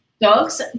dogs